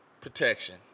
protection